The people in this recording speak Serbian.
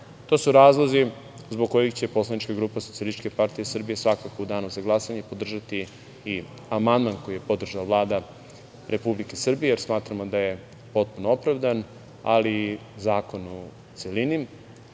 to su razlozi zbog kojih će poslanička grupa SPS svakako u danu za glasanje podržati amandman koji je podržala Vlada Republike Srbije, jer smatramo da je potpuno opravdan, ali zakon u celini. Sa